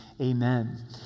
amen